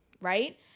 right